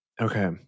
okay